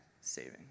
saving